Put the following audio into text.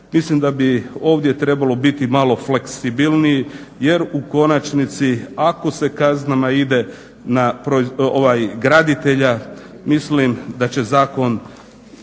Mislim da bi ovdje trebalo biti malo fleksibilniji, jer u konačnici ako se kaznama ide na graditelja mislim da će zakon